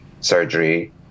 surgery